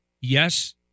yes